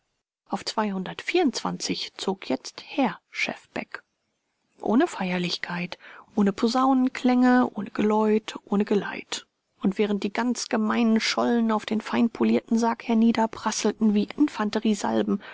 auf zweihundertvierundzwanzig zog jetzt herr schefbeck ohne feierlichkeit ohne posaunenklänge ohne geläut ohne geleit und während die ganz gemeinen schollen auf den feinpolierten sarg herniederprasselten wie